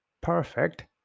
perfect